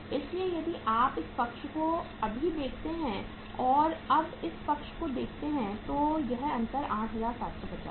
इसलिए यदि आप इस पक्ष को अभी देखते हैं और अब इस पक्ष को देखते हैं तो यह अंतर 8750 है